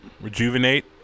Rejuvenate